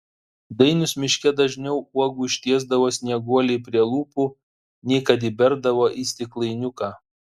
dainius miške dažniau uogų ištiesdavo snieguolei prie lūpų nei kad įberdavo į stiklainiuką